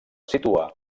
situar